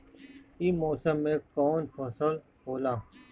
ई मौसम में कवन फसल होला?